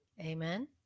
Amen